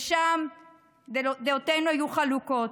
שם דעותינו היו חלוקות.